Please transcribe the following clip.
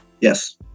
Yes